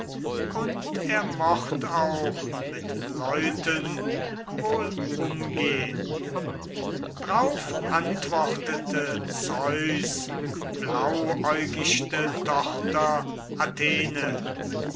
und er mocht auch mit leuten wohl umgehn drauf antwortete zeus blauäugichte